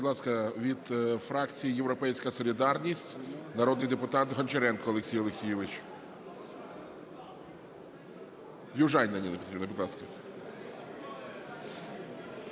Будь ласка, від фракції "Європейська солідарність" народний депутат Гончаренко Олексій Олексійович. Южаніна Ніна Петрівна, будь ласка.